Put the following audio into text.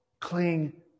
Cling